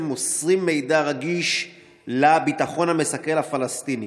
מוסרים מידע רגיש לביטחון המסכל הפלסטיני.